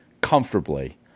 comfortably